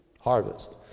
harvest